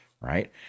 right